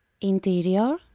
Interior